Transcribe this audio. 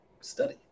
study